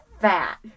fat